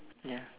ya